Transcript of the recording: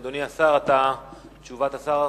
אדוני השר, תשובת השר,